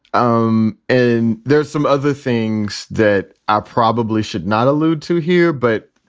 um and there's some other things that i probably should not allude to here. but,